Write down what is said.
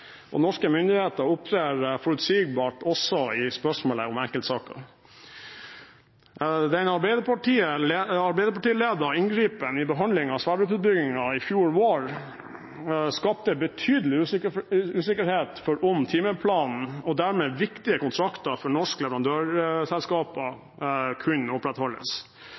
og norske myndigheter opptrer forutsigbart også i spørsmålet om enkeltsaker. Den arbeiderpartiledede inngripen i behandlingen av Johan Sverdrup-utbyggingen i fjor vår skapte betydelig usikkerhet om timeplanen og dermed viktige kontrakter for norske leverandørselskaper kunne opprettholdes.